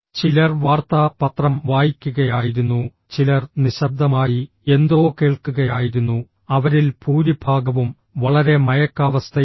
ചിലർ വാർത്താ പത്രം വായിക്കുകയായിരുന്നു ചിലർ നിശബ്ദമായി എന്തോ കേൾക്കുകയായിരുന്നു അവരിൽ ഭൂരിഭാഗവും വളരെ മയക്കാവസ്ഥയിലായിരുന്നു